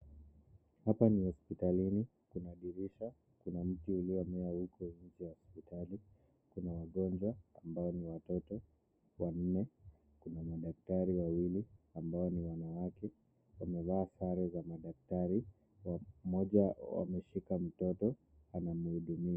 Hapa ni hospitalini kuna dirisha, kuna wagonjwa ambayo ni watoto wanne, kuna madaktari wawili ambao ni wanawake, wamevaa sare za madaktari moja ameshika mtoto amemhudumia.